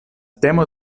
temo